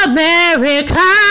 America